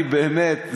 אני באמת,